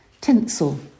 Tinsel